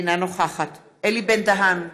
אינה נוכחת אלי בן דהן,